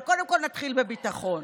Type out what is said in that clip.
אבל קודם נתחיל בביטחון.